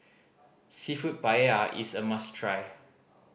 Seafood Paella is a must try